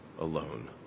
alone